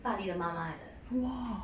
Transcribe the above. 大力的妈妈来的 !wow!